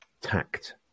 tact